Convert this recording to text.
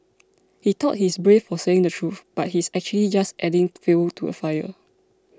he thought he's brave for saying the truth but he's actually just adding fuel to the fire